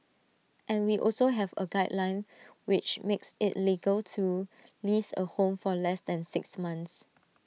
and we also have A guideline which makes IT legal to lease A home for less than six months